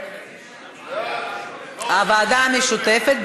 לוועדה המשותפת.